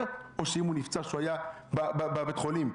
או אם הוא נפצע כשהוא היה בבית החולים.